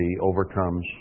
overcomes